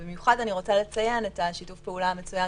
במיוחד אני רוצה לציין את שיתוף הפעולה המצוין